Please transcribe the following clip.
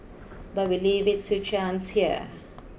but we leave it to chance here